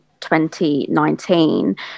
2019